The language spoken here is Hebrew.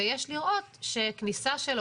ויש לראות שכניסה שלו,